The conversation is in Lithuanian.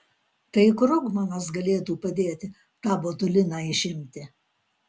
tai krugmanas galėtų padėti tą botuliną išimti